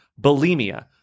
bulimia